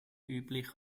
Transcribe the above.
üblich